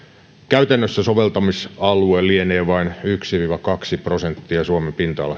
käytännössä soveltamisalue lienee vain yksi viiva kaksi prosenttia suomen pinta alasta